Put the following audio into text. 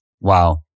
Wow